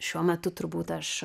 šiuo metu turbūt aš